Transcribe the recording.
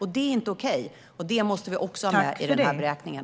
Det är inte okej, och det måste vi också ha med i beräkningen.